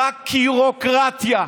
"חקירוקרטיה".